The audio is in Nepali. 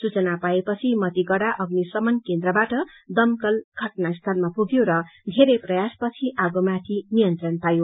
सूचना पाएपछि मतिगढ़ा अग्नि शमन केन्द्रबाट दमकल घटना स्थलमा पुग्यो र धेरै प्रयासपछि आगोमाथि नियन्त्रण पायो